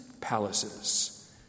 palaces